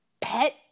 pet